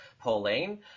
Pauline